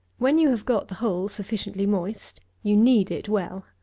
when you have got the whole sufficiently moist, you knead it well.